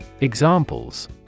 Examples